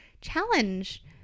challenge